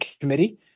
committee